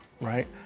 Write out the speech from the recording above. right